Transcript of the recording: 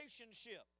relationship